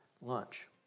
lunch